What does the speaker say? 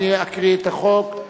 אני אקריא את החוק.